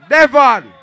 Devon